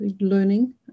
learning